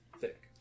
Thick